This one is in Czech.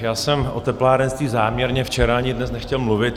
Já jsem o teplárenství záměrně včera ani dnes nechtěl mluvit.